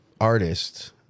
artist